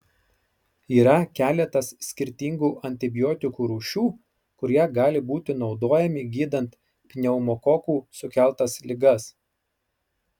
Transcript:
yra keletas skirtingų antibiotikų rūšių kurie gali būti naudojami gydant pneumokokų sukeltas ligas